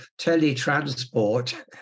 teletransport